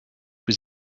was